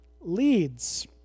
leads